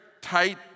tight